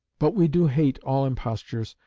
but we do hate all impostures,